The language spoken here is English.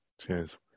Cheers